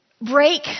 break